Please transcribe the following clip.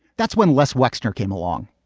that's when less wexner came along.